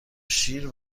شیر